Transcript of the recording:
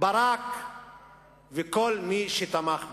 ברק וכל מי שתמך בהם.